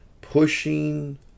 pushing